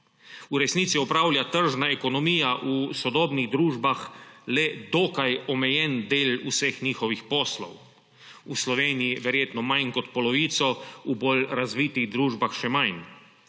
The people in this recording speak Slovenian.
V resnici opravlja tržna ekonomija v sodobnih družbah le dokaj omejen del vseh njihovih poslov, v Sloveniji verjetno manj kot polovico, v bolj razvitih družbah še manj.